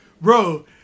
Bro